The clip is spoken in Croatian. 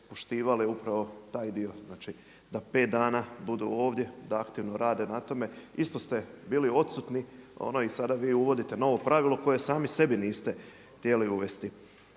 poštivale upravo taj dio, znači da 5 dana budu ovdje, da aktivno rade na tome. Isto ste bili odsutni i sada vi uvodite novo pravilo koje sami sebi niste htjeli uvesti.